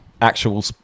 Actual